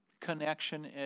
connection